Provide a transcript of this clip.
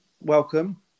welcome